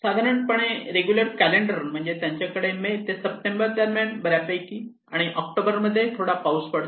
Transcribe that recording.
साधारणपणे regular calendar म्हणजे त्यांच्याकडे मे ते सप्टेंबर दरम्यान बऱ्यापैकी आणि ऑक्टोबर मध्ये थोडा पाऊस पडतो